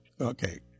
okay